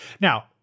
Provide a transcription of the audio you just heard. Now